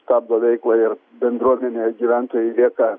stabdo veiklą ir bendruomenėje gyventojai lieka